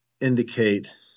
indicate